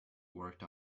worked